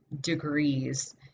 degrees